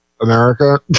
America